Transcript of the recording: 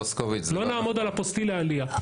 לא נעמוד על אפוסטיל לעלייה.